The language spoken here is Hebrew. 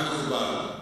גם מקובל.